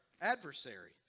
adversary